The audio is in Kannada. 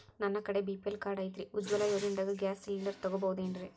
ನನ್ನ ಕಡೆ ಬಿ.ಪಿ.ಎಲ್ ಕಾರ್ಡ್ ಐತ್ರಿ, ಉಜ್ವಲಾ ಯೋಜನೆದಾಗ ಗ್ಯಾಸ್ ಸಿಲಿಂಡರ್ ತೊಗೋಬಹುದೇನ್ರಿ?